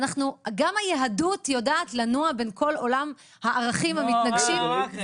גם היהדות יודעת לנוע בכל עולם הערכים המתנגשים -- רק רגע.